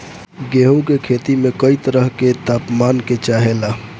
गेहू की खेती में कयी तरह के ताप मान चाहे ला